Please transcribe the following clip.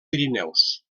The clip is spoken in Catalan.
pirineus